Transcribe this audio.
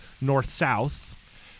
north-south